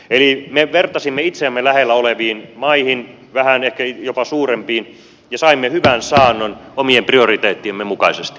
eli me vertasimme itseämme lähellä oleviin maihin vähän ehkä jopa suurempiin ja saimme hyvän saannon omien prioriteettiemme mukaisesti